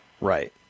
Right